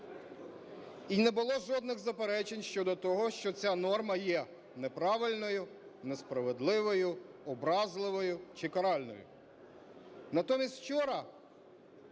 і не було жодних заперечень щодо того, що ця норма є неправильною, несправедливою, образливою чи каральною.